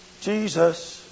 Jesus